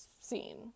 scene